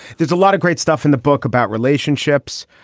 there's a lot of great stuff in the book about relationships.